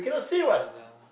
ya lah